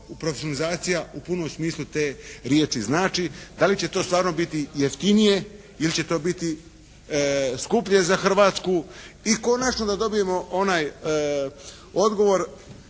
u punom smislu te riječi znači, da li će to stvarno biti jeftinije ili će to biti skuplje za Hrvatsku i konačno da dobijemo onaj odgovor